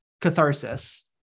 Catharsis